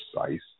precise